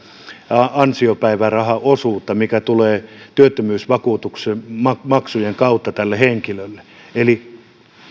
ansiopäivärahaosuutta mikä tulee työttömyysvakuutusmaksujen kautta tälle henkilölle eli